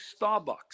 Starbucks